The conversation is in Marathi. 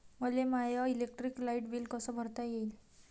मले माय इलेक्ट्रिक लाईट बिल कस भरता येईल?